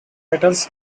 metals